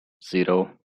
zero